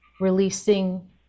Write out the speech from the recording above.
releasing